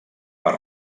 per